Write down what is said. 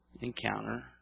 encounter